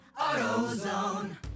AutoZone